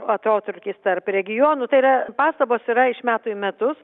atotrūkis tarp regionų tai yra pastabos yra iš metų į metus